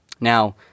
Now